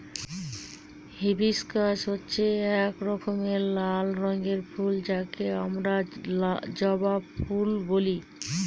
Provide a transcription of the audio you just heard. hibiscus হচ্ছে এক রকমের লাল রঙের ফুল যাকে আমরা জবা ফুল বলে